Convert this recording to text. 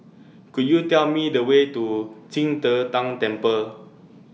Could YOU Tell Me The Way to Qing De Tang Temple